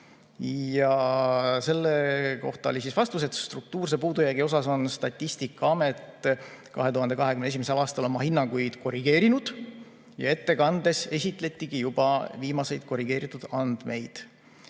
Selle kohta oli vastus, et struktuurse puudujäägi osas on Statistikaamet 2021. aastal oma hinnanguid korrigeerinud ja ettekandes esitletigi juba viimaseid korrigeeritud andmeid.